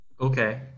Okay